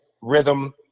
rhythm